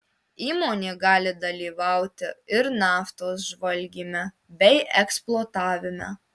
įmonė gali dalyvauti ir naftos žvalgyme bei eksploatavime